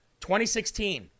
2016